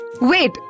Wait